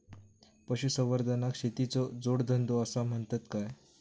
पशुसंवर्धनाक शेतीचो जोडधंदो आसा म्हणतत काय?